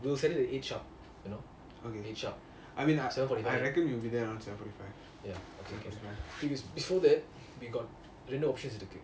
okay I mean I reckon they will be there around seven forty five